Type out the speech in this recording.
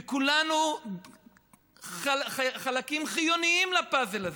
וכולנו חלקים חיוניים לפאזל הזה.